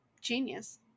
genius